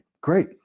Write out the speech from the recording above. great